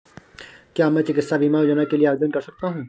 क्या मैं चिकित्सा बीमा योजना के लिए आवेदन कर सकता हूँ?